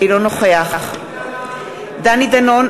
אינו נוכח דני דנון,